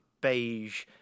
beige